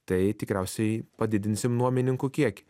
tai tikriausiai padidinsim nuomininkų kiekį